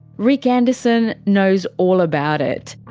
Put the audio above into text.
rick anderson knows all about it.